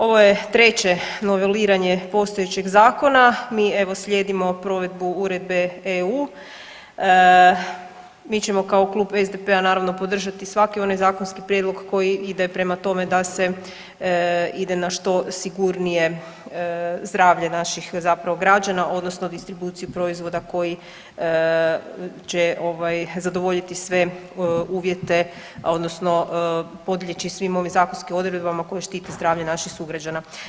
Ovo je 3. noveliranje postojećeg zakona, mi evo, slijedimo provedbu uredbe EU, mi ćemo kao Klub SDP-a, naravno, podržati svaki onaj zakonski prijedlog koji ide prema tome da se ide na što sigurnije zdravlje naših zapravo građana, odnosno distribuciju proizvoda koji će ovaj, zadovoljiti sve uvjete odnosno podlijeći svim ovim zakonskim odredbama koje štite zdravlje naših sugrađana.